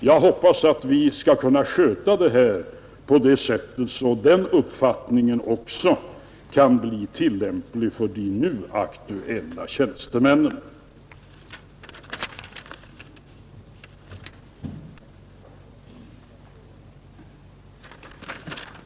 Jag hoppas att vi skall kunna sköta detta på det sättet att den uppfattningen kan bli naturlig även för de nu aktuella tjänstemännen.